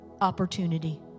opportunity